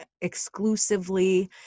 exclusively